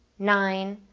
nine,